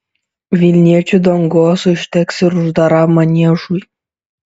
vilniečių dangos užteks ir uždaram maniežui